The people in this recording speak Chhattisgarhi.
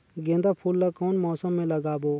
गेंदा फूल ल कौन मौसम मे लगाबो?